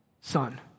son